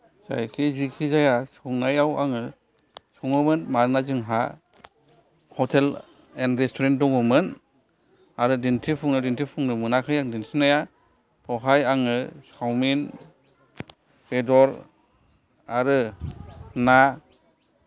जायखि जेखि जाया संनायाव आङो सङोमोन मानोना जोंहा ह'तेल एण्ड रेसटुरेन्ट दङमोन आरो दिन्थिफुङो दिन्थिफुंनो मोनाखै आङो दिन्थिनाया बेवहाय आङो सावमिन बेदर आरो ना